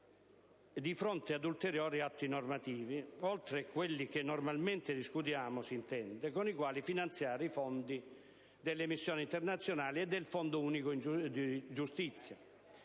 di fronte ad ulteriori atti normativi - oltre a quelli che normalmente discutiamo, si intende - con i quali finanziare i fondi delle missioni internazionali e il Fondo unico giustizia.